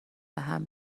بهم